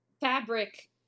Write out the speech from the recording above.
fabric